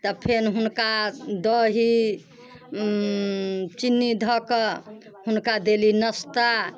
तऽ फेन हुनका दही चीन्नी धऽके हुनका देली नस्ता